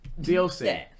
DLC